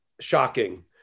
shocking